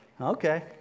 Okay